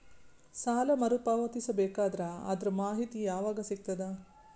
ಸಾಲ ಮರು ಪಾವತಿಸಬೇಕಾದರ ಅದರ್ ಮಾಹಿತಿ ಯವಾಗ ಸಿಗತದ?